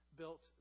built